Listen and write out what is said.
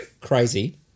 crazy